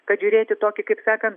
kad žiūrėti tokį kaip sakant